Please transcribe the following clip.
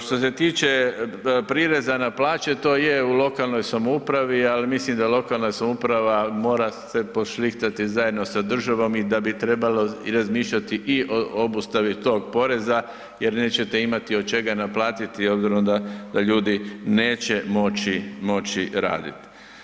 Što se tiče prireza na plaće, to je u lokalnoj samoupravi, al mislim da lokalna samouprava mora se pošlihtati zajedno sa državom i da bi trebalo i razmišljati i o obustavi tog poreza jer nećete imati od čega naplatiti obzirom da, da ljudi neće moći, moći radit.